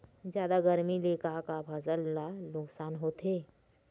जादा गरमी ले का का फसल ला नुकसान होथे?